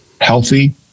healthy